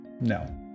No